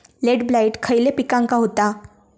Late blight खयले पिकांका होता?